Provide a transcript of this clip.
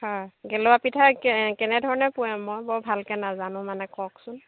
গেলোৱা পিঠা কে কেনেধৰণে পুৰে মই বৰ ভালকৈ নেজানো মানে কওকচোন